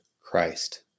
Christ